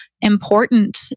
important